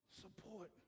support